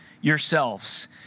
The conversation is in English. yourselves